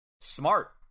Smart